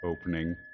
opening